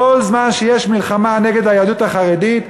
כל זמן שיש מלחמה נגד היהדות החרדית,